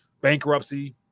bankruptcy